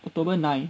october nine